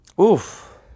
Oof